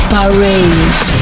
Parade